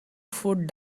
food